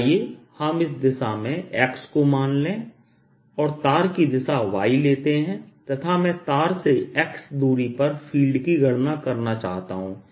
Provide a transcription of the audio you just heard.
आइए हम इस दिशा को x मान लें और तार की दिशा y लेते हैं तथा मैं तार से x दूरी पर फील्ड की गणना करना चाहता हूं